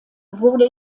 wurde